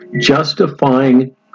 justifying